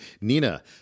Nina